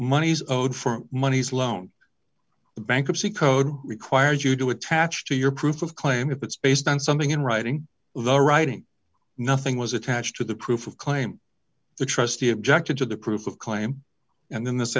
monies owed for monies alone the bankruptcy code requires you to attach to your proof of claim if it's based on something in writing the writing nothing was attached to the proof of claim the trustee objected to the proof of claim and then th